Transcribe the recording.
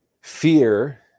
Fear